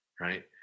right